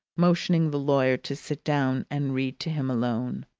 motioning the lawyer to sit down and read to him alone.